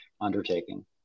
undertaking